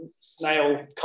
snail